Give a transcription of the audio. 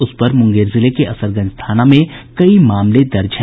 उस पर मुंगेर जिले के असरगंज थाना में कई मामले दर्ज हैं